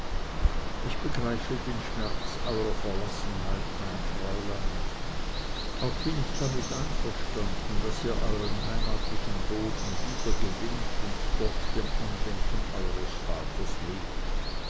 ich begreife den schmerz eurer verlassenheit mein fräulein auch bin ich damit einverstanden daß ihr euren heimatlichen boden wiedergewinnt und dort dem andenken eures vaters lebt